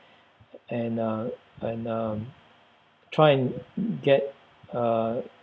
and uh and um try and get uh